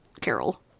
Carol